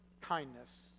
kindness